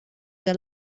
tara